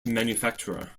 manufacturer